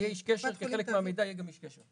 כחלק מהמידע יהיה גם איש קשר.